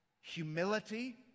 humility